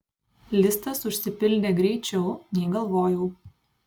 listas užsipildė greičiau nei galvojau